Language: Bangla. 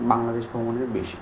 বাংলাদেশ ভ্রমণের বেশি